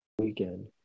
weekend